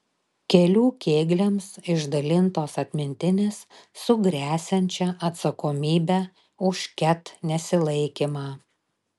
kelių kėgliams išdalintos atmintinės su gresiančia atsakomybe už ket nesilaikymą